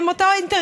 זה אותו אינטרס.